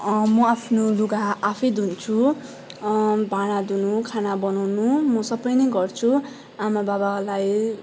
म आफ्नो लुगा आफै धुन्छु भाँडा धुनु खाना बनाउनु म सबै नै गर्छु आमा बाबालाई